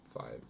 five